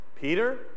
Peter